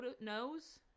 knows